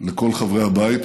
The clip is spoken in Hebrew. לכל חברי הבית,